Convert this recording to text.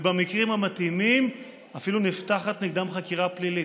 ובמקרים המתאימים אפילו נפתחת נגדם חקירה פלילית.